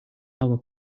our